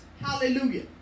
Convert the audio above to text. Hallelujah